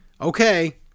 okay